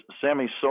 Sammy